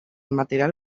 material